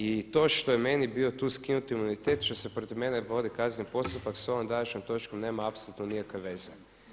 I to što je meni bio tu skinut imunitet, što se protiv mene vodi kazneni postupak s ovom današnjom točkom nema apsolutno nikakve veze.